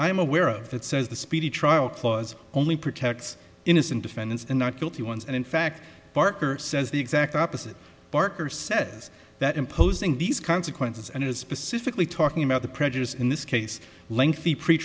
i'm aware of that says the speedy trial clause only protects innocent defendants and not guilty ones and in fact barker says the exact opposite barker says that imposing these consequences and it is specifically talking about the prejudice in this case lengthy pre